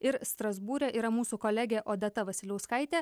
ir strasbūre yra mūsų kolegė odeta vasiliauskaitė